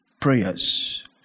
prayers